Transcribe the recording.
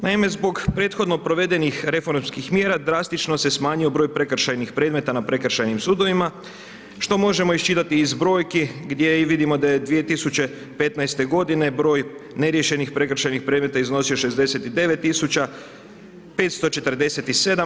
Naime, zbog prethodno provedenih reformskih mjera drastično se smanjio broj prekršajnih predmeta na prekršajnim sudovima što možemo iščitati iz brojki gdje i vidimo da je 2015. godine broj neriješenih prekršajnih predmeta iznosio 69 tisuća 547.